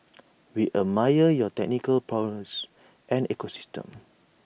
we admire your technical prowess and ecosystem